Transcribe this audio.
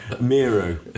Miro